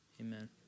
Amen